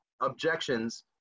objections